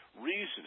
reasoning